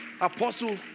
Apostle